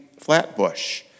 Flatbush